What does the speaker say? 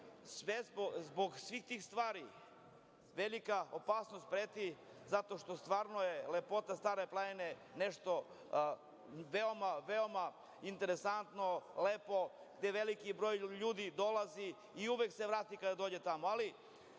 svih tih stvari, velika opasnost preti zato što je stvarno lepota Stare planine nešto veoma, veoma interesantno, lepo, gde veliki broj ljudi dolazi i uvek se vrati kada dođe tamo.